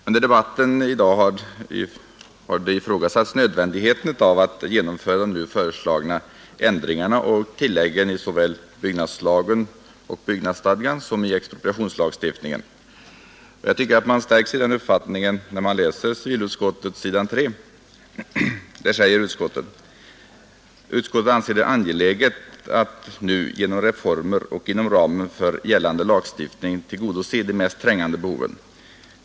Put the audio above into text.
Under debatten i dag har ifrågasatts nödvändigheten av att genomföra de nu föreslagna ändringarna och tilläggen i såväl byggnadslagen och byggnadsstadgan som i expropriationslagstiftningen. I denna uppfattning stärks man när man läser på s. 3 i utskottets betänkande: ”Utskottet anser det angeläget att nu genom reformer inom ramen för gällande lagstiftning tillgodose de mest påträngande behoven.